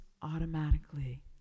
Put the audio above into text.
automatically